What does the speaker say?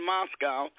Moscow